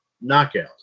knockout